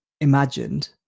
imagined